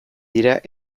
dira